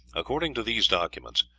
according to these documents,